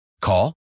Call